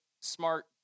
smart